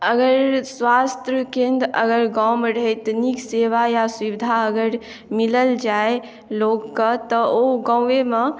अगर स्वास्थ्य केंद्र अगर गांवमे रहै तऽ नीक सेवा या सुविधा अगर मिलल जाय लोकके तऽ ओ गाॅंवेमे